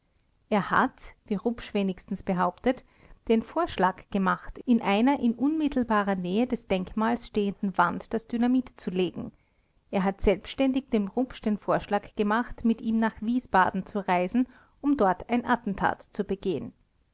er hat wie rupsch wenigstens behauptet den vorschlag gemacht in einer in unmittelbarer nähe des denkmals stehenden wand das dynamit zu legen er hat selbständig dem rupsch den vorschlag gemacht mit ihm nach wiesbaden zu reisen um dort ein attentat zu begehen